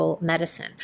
medicine